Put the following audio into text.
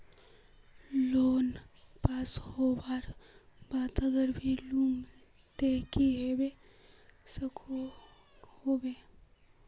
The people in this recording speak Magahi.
लोन पास होबार बाद अगर नी लुम ते की होबे सकोहो होबे?